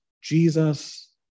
Jesus